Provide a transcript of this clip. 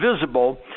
visible